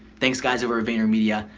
thanks guys over vaynermedia.